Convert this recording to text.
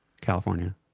California